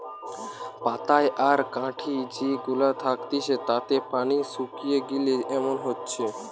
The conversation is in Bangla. পাতায় আর কাঠি যে গুলা থাকতিছে তাতে পানি শুকিয়ে গিলে এমন হচ্ছে